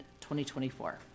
2024